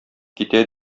китә